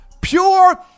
pure